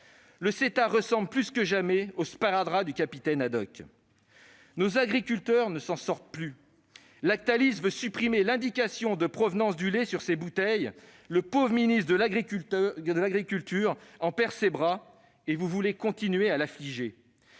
le CETA ressemble plus que jamais au sparadrap du capitaine Haddock ... Nos agriculteurs ne s'en sortent plus. Lactalis veut supprimer, sur ses bouteilles, l'indication de provenance du lait ; le pauvre ministre de l'agriculture en perd ses bras, et vous voulez continuer à l'affliger